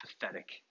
pathetic